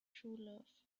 truelove